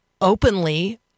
openly